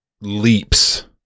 leaps